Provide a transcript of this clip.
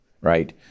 right